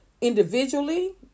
individually